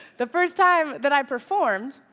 the first time that i performed,